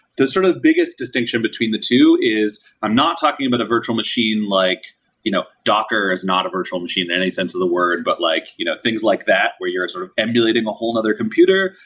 the sort of biggest distinction between the two is i'm not talking about a virtual machine, like you know docker is not a virtual machine in any sense of the word, but like you know things like that where you're sort of emulating a whole another computer.